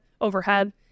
overhead